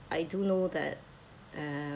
I do know that um